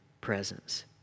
presence